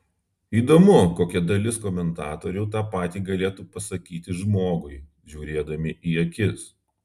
įdomu kokia dalis komentatorių tą patį galėtų pasakyti žmogui žiūrėdami į akis